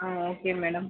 ah okay madam